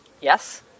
Yes